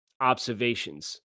Observations